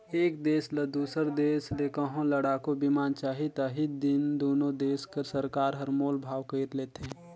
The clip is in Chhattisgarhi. एक देस ल दूसर देस ले कहों लड़ाकू बिमान चाही ता ही दिन दुनो देस कर सरकार हर मोल भाव कइर लेथें